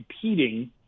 competing